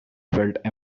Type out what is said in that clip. felt